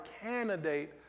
candidate